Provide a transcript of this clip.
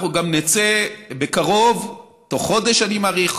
אנחנו גם נצא בקרוב, בתוך חודש, אני מעריך,